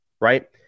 right